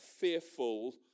fearful